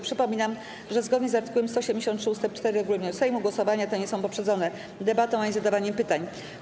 Przypominam, że zgodnie z art. 173 ust. 4 regulaminu Sejmu głosowania te nie są poprzedzone debatą ani zadawaniem pytań.